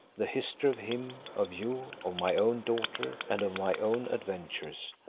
the history of him, of you, of my own daughter, and of my own adventures,